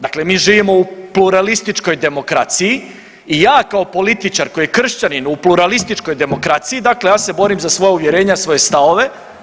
Dakle, mi živimo u pluralističkoj demokraciji i ja kao političar koji je kršćanin u pluralističkoj demokraciji, dakle ja se borim za svoja uvjerenja, svoje stavove.